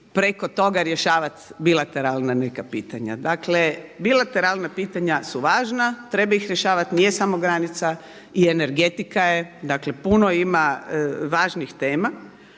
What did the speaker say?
preko toga rješavati bilateralna neka pitanja. Dakle bilateralna pitanja su važna, treba ih rješavati, nije samo granica i energetika je, dakle puno ima važnih tema